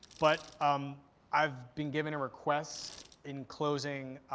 but um i've been given a request in closing.